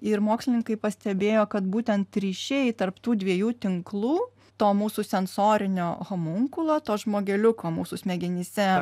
ir mokslininkai pastebėjo kad būtent ryšiai tarp tų dviejų tinklų to mūsų sensorinio homunkulo to žmogeliuko mūsų smegenyse